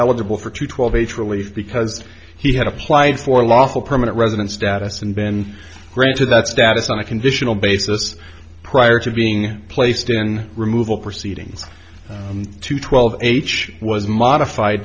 eligible for twelve eighth relief because he had applied for lawful permanent resident status and been granted that status on a conditional basis prior to being placed in removal proceedings to twelve h was modified